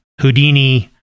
Houdini